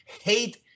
Hate